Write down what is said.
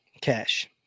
cash